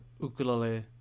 ukulele